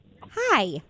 Hi